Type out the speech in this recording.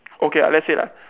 okay ah let's say lah